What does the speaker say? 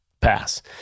pass